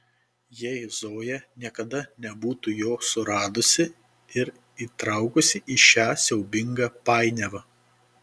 jei zoja niekada nebūtų jo suradusi ir įtraukusi į šią siaubingą painiavą